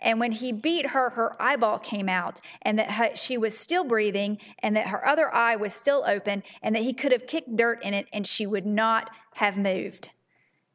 and when he beat her her eyeball came out and that she was still breathing and that her other i was still open and he could have kicked dirt in it and she would not have moved